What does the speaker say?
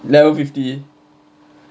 level fifty